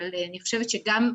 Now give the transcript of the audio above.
אבל אני חושבת שגם,